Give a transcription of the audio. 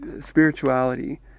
spirituality